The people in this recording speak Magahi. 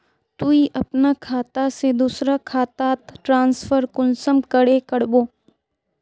तुई अपना खाता से दूसरा खातात ट्रांसफर कुंसम करे करबो?